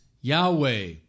Yahweh